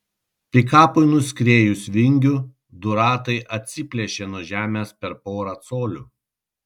pikapui nuskriejus vingiu du ratai atsiplėšė nuo žemės per porą colių